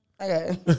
Okay